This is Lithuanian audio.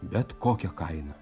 bet kokia kaina